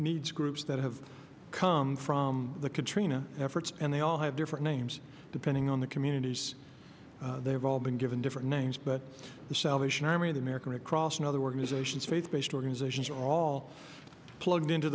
needs groups that have come from the katrina efforts and they all have different names depending on the communities they've all been given different names but the salvation army the american red cross and other organizations faith based organizations are all plugged into